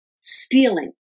stealing